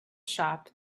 shop